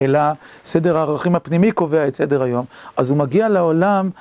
אלא סדר הערכים הפנימי קובע את סדר היום, אז הוא מגיע לעולם.